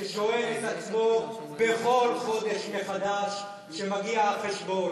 ששואלות את עצמן בכל חודש מחדש, כשמגיע החשבון: